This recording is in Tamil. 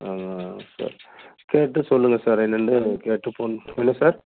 சார் கேட்டு சொல்லுங்க சார் என்னென்ட்டு எனக்கு கேட்டு ஃபோன் என்ன சார்